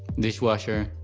dishwasher,